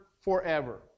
forever